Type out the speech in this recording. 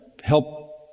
help